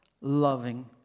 loving